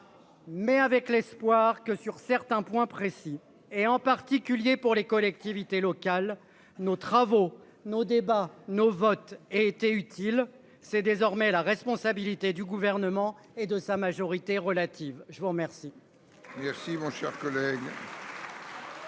Mais avec l'espoir que sur certains points précis et en particulier pour les collectivités locales. Nos travaux, nos débats nos votes été utile, c'est désormais la responsabilité du gouvernement et de sa majorité relative. Je vous remercie.